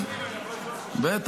השר לוין, אני יכול לשאול אותך שאלה?